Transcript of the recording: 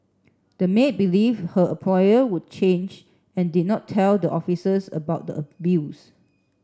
the maid believe her employer would change and did not tell the officers about the abuse